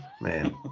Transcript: man